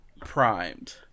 primed